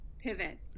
pivot